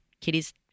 kitties